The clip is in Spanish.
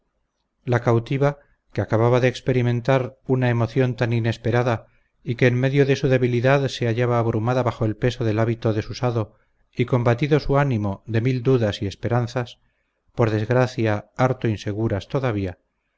la cautiva que acababa de experimentar una emoción tan inesperada y que en medio de su debilidad se hallaba abrumada bajo el peso del hábito desusado y combatido su ánimo de mil dudas y esperanzas por desgracia harto inseguras todavía